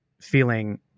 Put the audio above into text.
feeling